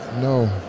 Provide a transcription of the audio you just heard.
no